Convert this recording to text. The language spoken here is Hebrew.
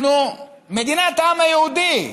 אנחנו מדינת העם היהודי.